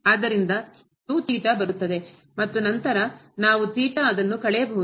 ಆದ್ದರಿಂದ ಬರುತ್ತದೆ ಮತ್ತು ನಂತರ ನಾವು ಅದನ್ನು ಕಳೆಯಬಹುದು